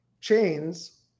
chains